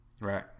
right